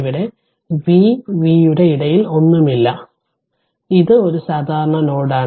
ഇവിടെ V V യുടെ ഇടയിൽ ഒന്നുമില്ല ഇത് ഒരു സാധാരണ നോഡാണ് node